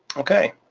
okay,